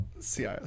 CIS